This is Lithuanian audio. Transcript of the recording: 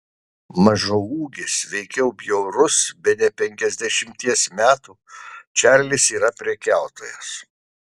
mažaūgis veikiau bjaurus bene penkiasdešimties metų čarlis yra prekiautojas